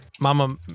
Mama